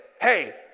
Hey